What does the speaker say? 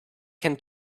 can